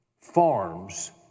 farms